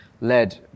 led